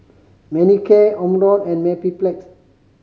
Manicare Omron and Mepilex